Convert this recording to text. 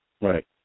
Right